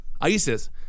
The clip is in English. ISIS